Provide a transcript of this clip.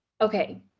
Okay